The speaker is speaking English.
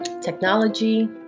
technology